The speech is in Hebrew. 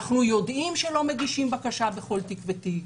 אנחנו יודעים שלא מגישים בקשה בכל תיק ותיק,